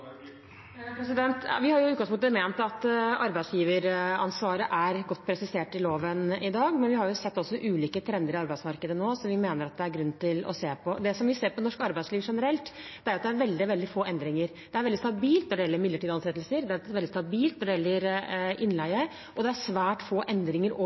Vi har i utgangspunktet ment at arbeidsgiveransvaret er godt presisert i loven i dag, men vi har også sett ulike trender i arbeidsmarkedet nå som vi mener det er grunn til å se på. Det som vi ser i norsk arbeidsliv generelt, er at det er veldig få endringer. Det er veldig stabilt når det gjelder midlertidige ansettelser, det er veldig stabilt når det gjelder innleie, og det er svært få endringer